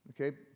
Okay